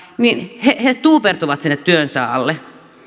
niin he he tuupertuvat sinne työnsä alle